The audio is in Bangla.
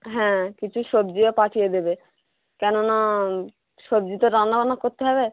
হ্যাঁ কিছু সবজিও পাঠিয়ে দেবে কেননা সবজি তো রান্নাবান্না করতে হবে